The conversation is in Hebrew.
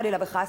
חלילה וחס,